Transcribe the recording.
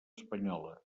espanyola